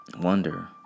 wonder